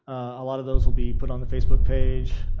a lot of those will be put on the facebook page,